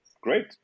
Great